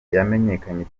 yamenyekanye